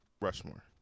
Rushmore